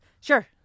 Sure